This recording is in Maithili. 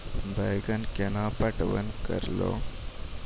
बैंगन केना पटवन करऽ लो?